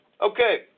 Okay